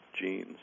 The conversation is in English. genes